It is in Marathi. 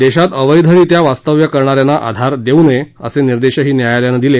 देशात अवैधरित्या वास्तव्य करणाऱ्यांना आधार देऊ नये असे निदेंशही न्यायालयानं दिले